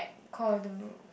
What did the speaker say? like call the